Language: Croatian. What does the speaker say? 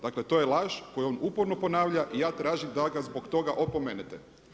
Dakle, to je laž koju on uporno ponavlja i ja tražim da ga zbog toga opomenete.